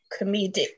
comedic